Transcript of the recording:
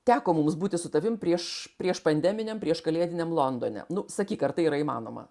teko mums būti su tavim prieš priešpandeminiam prieškalėdiniam londone nu sakyk ar tai yra įmanoma